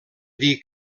dir